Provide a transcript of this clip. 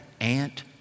Aunt